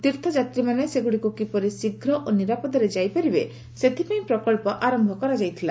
ତୀର୍ଥଯାତ୍ରୀମାନେ ସେଗୁଡ଼ିକୁ କିପରି ଶୀଘ୍ର ଓ ନିରାପଦରେ ଯାଇ ପାରିବେ ସେଥିପାଇଁ ପ୍ରକଳ୍ପ ଆରମ୍ଭ କରାଯାଇଥିଲା